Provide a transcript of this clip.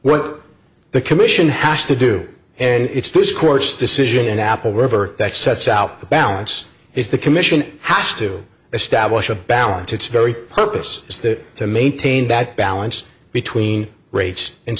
were the commission has to do and it's this court's decision apple whatever that sets out the balance is the commission has to establish a balance it's very purpose is that to maintain that balance between rates and